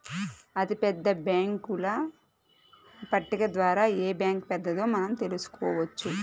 అతిపెద్ద బ్యేంకుల పట్టిక ద్వారా ఏ బ్యాంక్ పెద్దదో మనం తెలుసుకోవచ్చు